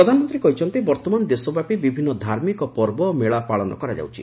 ପ୍ରଧାନମନ୍ତ୍ରୀ କହିଛନ୍ତି ବର୍ତ୍ତମାନ ଦେଶବ୍ୟାପୀ ବିଭିନ୍ନ ଧାର୍ମିକ ପର୍ବ ଓ ମେଳା ପାଳନ କରାଯାଉଛି